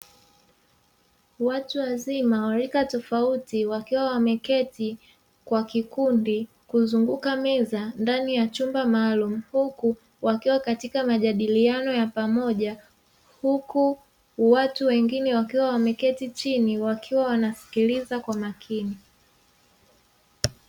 Watu wazima wa rika tofauti, wakiwa wameketi kwa kikundi kuizunguka meza ndani ya chumba maalumu; huku wakiwa katika majadiliano ya pamoja, huku watu wengine wakiwa wameketi chini wakiwa wanasikiliza kwa makini.